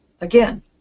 Again